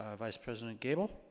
ah vice president gabel.